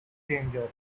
danger